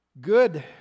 Good